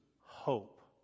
hope